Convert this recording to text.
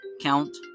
count